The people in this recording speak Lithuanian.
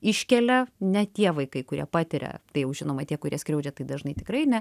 iškelia ne tie vaikai kurie patiria tai žinoma tie kurie skriaudžia tai dažnai tikrai ne